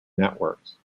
networks